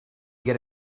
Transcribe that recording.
get